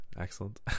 excellent